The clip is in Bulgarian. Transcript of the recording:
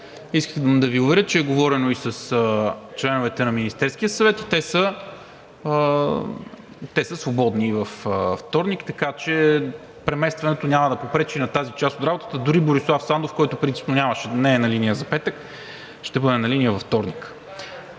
Искам да Ви уверя, че е говорено и с членовете на Министерския съвет – те са свободни във вторник, така че преместването няма да попречи на тази част от работата. Дори Борислав Сандов, който принципно не е на линия за петък, ще бъде на линия във вторник.